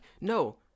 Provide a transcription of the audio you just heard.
no